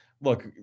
Look